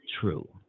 true